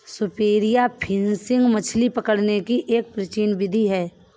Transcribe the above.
spear fishing मछली पकड़ने की एक प्राचीन विधि है